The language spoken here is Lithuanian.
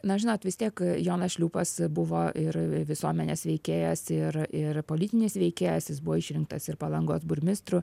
na žinot vis tiek jonas šliūpas buvo ir visuomenės veikėjas ir ir politinis veikėjas jis buvo išrinktas ir palangos burmistru